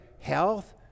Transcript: health